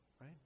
Right